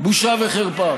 בושה וחרפה.